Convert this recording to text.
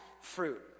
fruit